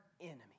enemy